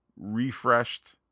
refreshed